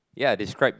yeah describe